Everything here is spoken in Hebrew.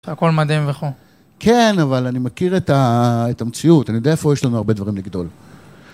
הכל מדהים וכו'. כן, אבל אני מכיר את המציאות, אני יודע איפה יש לנו הרבה דברים לגדול.